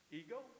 ego